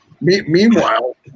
Meanwhile